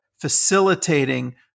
facilitating